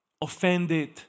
offended